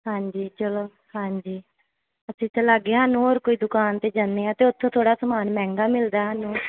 ਹਾਂਜੀ ਚਲੋ ਹਾਂਜੀ ਅਸੀਂ ਤਾਂ ਲਾਗੇ ਸਾਨੂੰ ਹੋਰ ਕੋਈ ਦੁਕਾਨ 'ਤੇ ਜਾਂਦੇ ਹਾਂ ਅਤੇ ਉਥੋਂ ਥੋੜ੍ਹਾ ਸਮਾਨ ਮਹਿੰਗਾ ਮਿਲਦਾ ਸਾਨੂੰ